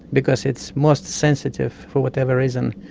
because it's most sensitive, for whatever reason.